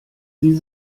sie